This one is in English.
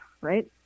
right